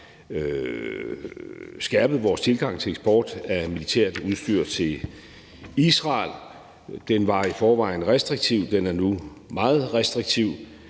skærpet vores tilgang til eksport af militært udstyr til Israel. Den var i forvejen restriktiv, og den er nu meget restriktiv,